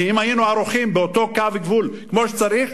כי אם היינו ערוכים באותו קו גבול כמו שצריך,